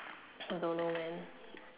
I don't know when